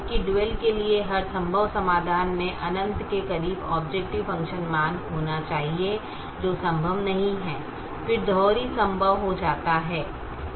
क्योंकि डुअल के लिए हर संभव समाधान में अनंत के करीब ऑबजेकटिव फ़ंक्शन मान होना चाहिए जो संभव नहीं है फिर दोहरी संभव हो जाता है